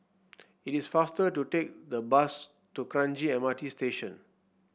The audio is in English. it is faster to take the bus to Kranji M R T Station